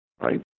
Right